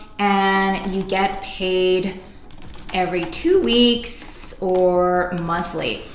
and you get paid every two weeks or monthly.